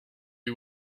you